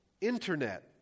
internet